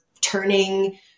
turning